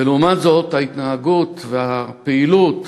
ולעומת זאת ההתנהגות, הפעילות